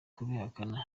kubihakana